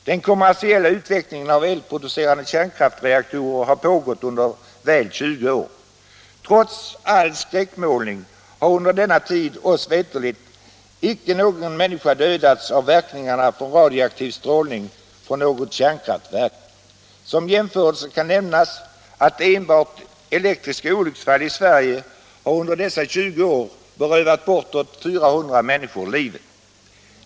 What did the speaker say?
Den kommersiella utvecklingen av elproducerande kärnkraftsreaktorer har pågått under väl 20 år. Trots all skräckmålning har under denna tid oss veterligt ingen människa dödats av verkningarna från radioaktiv strålning från något kärnkraftverk. Som jämförelse kan nämnas att enbart elektriska olycksfall i Sverige under dessa 20 år har berövat bortåt 400 människor livet.